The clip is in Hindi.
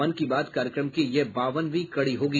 मन की बात कार्यक्रम की यह बावनवीं कड़ी होगी